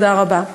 תודה רבה.